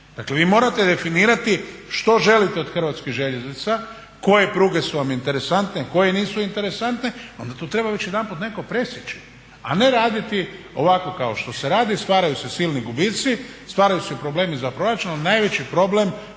Dakle vi morate definirati što želite od Hrvatskih željeznica, koje pruge su vam interesantne, koje nisu interesantne, onda to treba već jedanput netko presjeći, a ne raditi ovako kao što se radi, stvaraju se silni gubici, stvaraju se problemi za proračun. Najveći problem